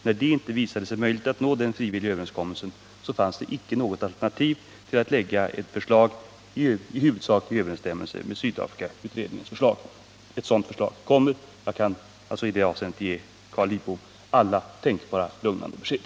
När det visade sig inte vara möjligt att nå en sådan frivillig överenskommelse fanns det icke något annat alternativ än att lägga fram ett lagförslag i huvudsaklig överensstämmelse med Sydafrikautredningens förslag. Ett sådant förslag kommer. Jag kan alltså i det avseendet ge Carl Lidbom ett i alla tänkbara avseenden lugnande besked.